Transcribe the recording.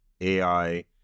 ai